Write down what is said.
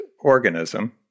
organism